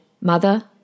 mother